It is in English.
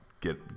get